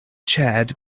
chaired